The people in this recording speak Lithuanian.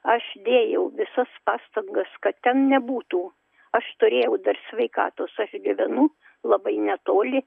aš dėjau visas pastangas kad ten nebūtų aš turėjau dar sveikatos aš gyvenu labai netoli